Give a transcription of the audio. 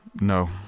No